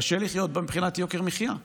קשה לחיות בה מבחינת יוקר מחיה.